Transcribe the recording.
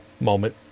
moment